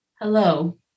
hello